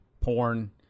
porn